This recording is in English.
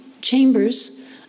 chambers